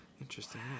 interesting